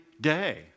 day